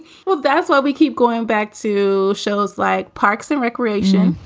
well, that's why we keep going back to shows like parks and recreation.